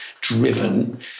driven